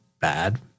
bad